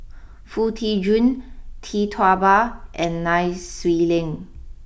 Foo Tee Jun Tee Tua Ba and Nai Swee Leng